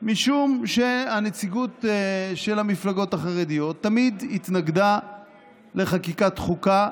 משום שהנציגות של המפלגות החרדיות תמיד התנגדה לחקיקת חוקה.